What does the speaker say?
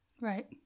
Right